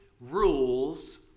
rules